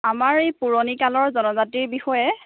আমাৰ এই পুৰণি কালৰ জনজাতিৰ বিষয়ে